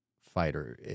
fighter